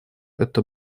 это